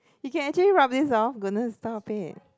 you can actually rub this off goodness stop it